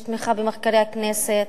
יש תמיכה במחקרי הכנסת,